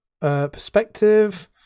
perspective